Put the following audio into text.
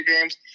games